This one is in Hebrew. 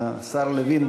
השר לוין,